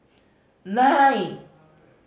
nine